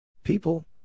People